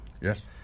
Yes